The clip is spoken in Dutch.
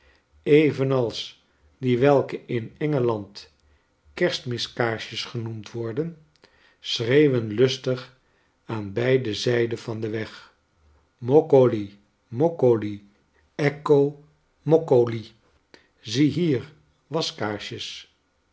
evenals die welke inengeland kerstmiskaarsjes genoemd worden schreeuwen lustig aan beide zijden van den weg moccoli moccoli ecco moccoli ziehier waskaarsjes